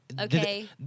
okay